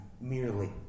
merely